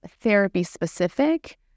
therapy-specific